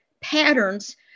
patterns